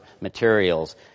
materials